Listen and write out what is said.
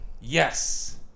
Yes